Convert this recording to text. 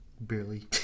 Barely